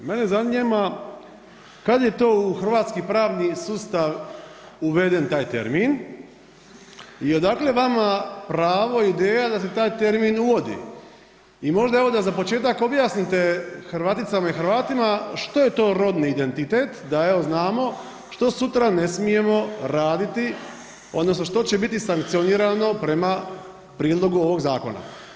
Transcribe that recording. Mene zanima kad je to u hrvatski pravni sustav uveden taj termin i odakle vama pravo i ideja da se taj termin uvodi i možda evo da za početak objasnite Hrvaticama i Hrvatima što je to rodni identitet, da evo znamo, što sutra ne smijemo raditi odnosno što će biti sankcionirano prema prijedlogu ovog zakona.